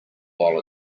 while